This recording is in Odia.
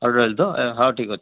ହରଡ଼ ଡାଲି ତ ହଉ ଠିକ୍ ଅଛି